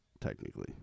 technically